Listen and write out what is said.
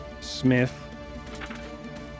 Smith